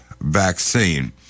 vaccine